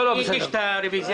מי הגיש את הרוויזיה?